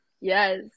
Yes